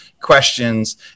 questions